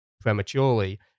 prematurely